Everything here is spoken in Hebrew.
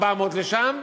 400 לשם,